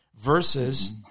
versus